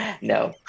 No